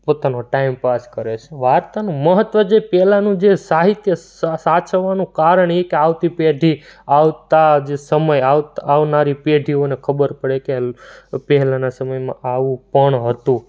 પોતાનો time pass કરે છે વાર્તાનું મહત્ત્વ જે પહેલાનું જે સાહિત્ય સા સાચવવાનું કારણ એ કે આવતી પેઢી આવતા જે સમય આવ આવનારી પેઢીઓને ખબર પડે કે પહેલાંના સમયમાં આવું પણ હતું